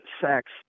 sex